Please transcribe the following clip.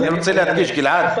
גלעד,